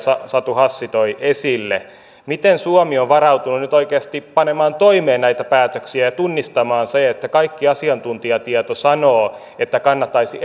satu hassi toi esille miten suomi on varautunut nyt oikeasti panemaan toimeen näitä päätöksiä ja tunnistamaan sen että kaikki asiantuntijatieto sanoo että kannattaisi